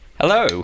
hello